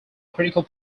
critical